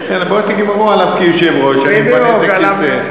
תגמרו עליו כיושב-ראש, אני מפנה את הכיסא.